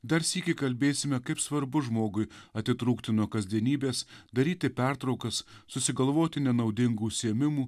dar sykį kalbėsime kaip svarbu žmogui atitrūkti nuo kasdienybės daryti pertraukas susigalvoti nenaudingų užsiėmimų